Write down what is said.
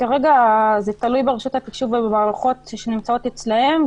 כרגע זה תלוי ברשות התקשוב ובמערכות שנמצאות אצלם.